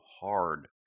hard